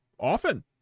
often